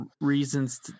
reasons